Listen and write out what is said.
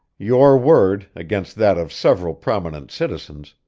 your word, against that of several prominent citizens,